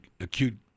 acute